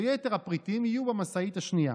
ויתר הפריטים יהיו במשאית השנייה.